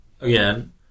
Again